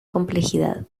complejidad